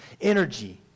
energy